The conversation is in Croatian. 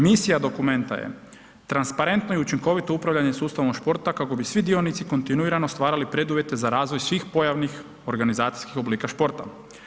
Misija dokumenta je transparentno i učinkovito upravljanje sustavom športa kako bi svi dionici kontinuirano stvarali preduvjete za razvoj svih pojavnih organizacijskih oblika športa.